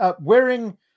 wearing